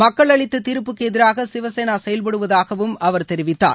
மக்கள் அளித்த தீர்ப்புக்கு எதிராக சிவசேனா செயல்படுவதாகவும் அவர் தெரிவித்தார்